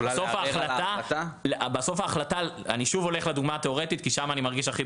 בסוף ההחלטה אני שוב הולך לדוגמה התיאורטית כי שם אני מרגיש הכי